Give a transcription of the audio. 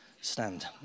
Stand